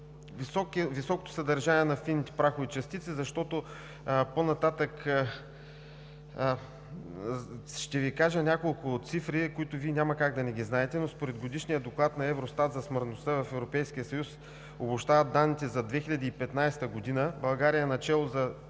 високото съдържание на фините прахови частици, защото по-нататък ще Ви кажа няколко цифри, които Вие няма как да не ги знаете, но според Годишния доклад на Евростат за смъртността в Европейския съюз, обобщават данните за 2015 г., България е начело на